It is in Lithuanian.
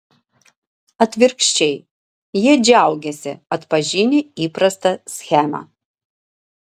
atvirkščiai jie džiaugiasi atpažinę įprastą schemą